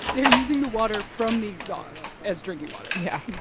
they're using the water from the exhaust as drinking water yeah